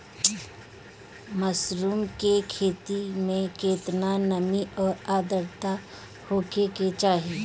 Mushroom की खेती में केतना नमी और आद्रता होखे के चाही?